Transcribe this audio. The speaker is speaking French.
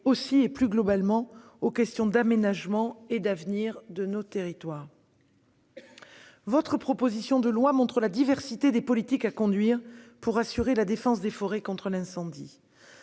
aussi, plus globalement, aux questions d'aménagement et d'avenir de nos territoires. Votre proposition de loi montre la diversité des politiques à conduire pour assurer la défense des forêts contre l'incendie.